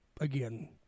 again